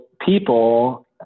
people